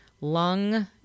lung